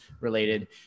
related